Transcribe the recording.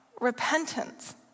repentance